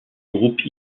groupes